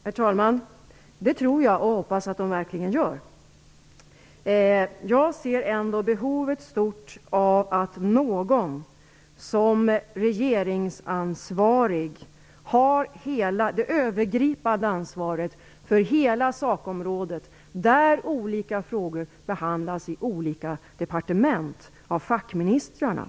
Herr talman! Det tror jag; i varje fall hoppas jag att de verkligen gör det. Jag ser ändå att behovet är stort av att någon i regeringen har det övergripande ansvaret för hela detta sakområde där olika frågor behandlas i olika departement av fackministrarna.